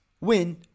win